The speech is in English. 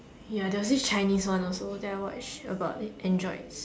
ya there was this Chinese one also that I watched about androids